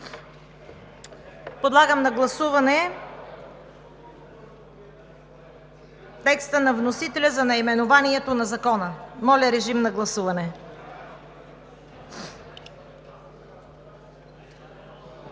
Подлагам на гласуване текста на вносителя за наименованието на Закона. Гласували